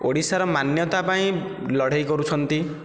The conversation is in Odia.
ଓଡ଼ିଶାର ମାନ୍ୟତା ପାଇଁ ଲଢ଼େଇ କରୁଛନ୍ତି